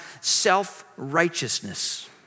self-righteousness